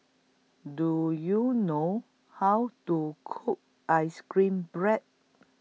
Do YOU know How to Cook Ice Cream Bread